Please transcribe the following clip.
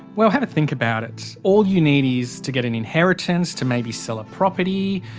well have a think about it. all you need is to get an inheritance, to maybe sell a property.